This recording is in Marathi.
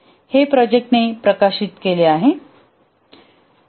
हे प्रोजेक्टने प्रकाशित केले आहे